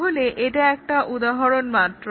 তাহলে এটা একটা উদাহরণ মাত্র